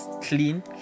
clean